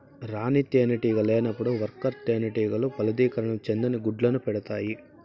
రాణి తేనెటీగ లేనప్పుడు వర్కర్ తేనెటీగలు ఫలదీకరణం చెందని గుడ్లను పెడుతాయి